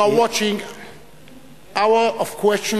You are watching "Hour of Questions"